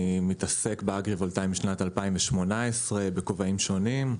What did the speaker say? אני מתעסק באגרי-וולטאי משנת 2018 בכובעים שנים.